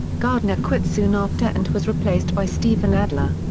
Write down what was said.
gardner quit soon after and was replaced by steven adler.